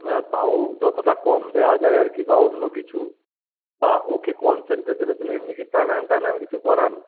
না তাও যতোটা কম দেয়া যায় আর কি বা অন্য কিছু বা ওকে কনসেনট্রেশানের জন্য এমনি কি প্রাণায়াম টাণায়াম কিছু করান